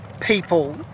people